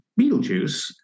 Beetlejuice